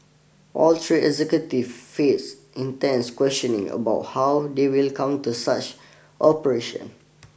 all three executive face intense questioning about how they will counter such operation